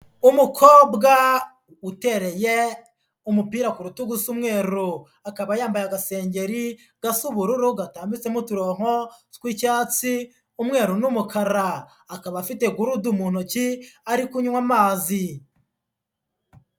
Umukobwa utereye umupira ku rutugu usa umweru, akaba yambaye agasengeri gasa ubururu gatambitsemo uturonko tw'icyatsi, umweru n'umukara, akaba afite gurudu mu ntoki ari kunywa amazi.